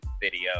video